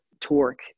torque